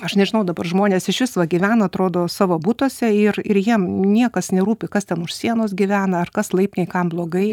aš nežinau dabar žmonės išvis va gyvena atrodo savo butuose ir ir jiem niekas nerūpi kas ten už sienos gyvena ar kas laiptinėj kam blogai